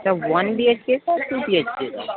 اچھا one B H K sir two B H K سر